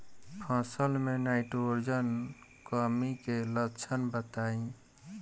फसल में नाइट्रोजन कमी के लक्षण बताइ?